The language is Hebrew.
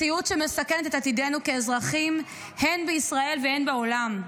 מציאות שמסכנת את עתידנו כאזרחים הן בישראל והן בעולם: